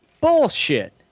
Bullshit